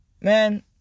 man